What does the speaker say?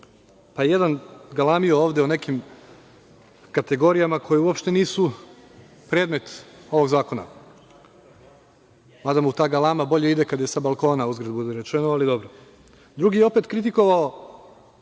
je jedan galamio ovde o nekim kategorijama koje uopšte nisu predmet ovog zakona, mada mu ta galama bolje ide kada je sa balkona, uzgred budi rečeno, ali dobro. Drugi je opet kritikovao